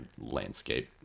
landscape